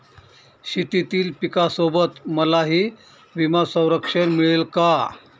शेतीतील पिकासोबत मलाही विमा संरक्षण मिळेल का?